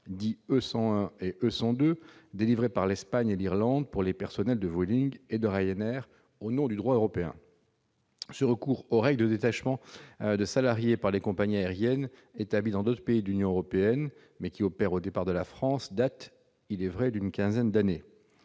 dits E101 et E102, délivrés par l'Espagne et l'Irlande pour les personnels de Vueling et Ryanair, en application du droit européen. Ce recours aux règles du détachement de salariés par les compagnies aériennes établies dans d'autres pays de l'Union européenne, mais qui opèrent au départ de la France, date d'une quinzaine d'années.